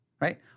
right